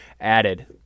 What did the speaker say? added